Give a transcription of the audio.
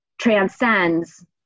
transcends